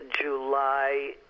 July